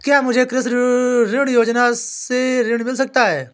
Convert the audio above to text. क्या मुझे कृषि ऋण योजना से ऋण मिल सकता है?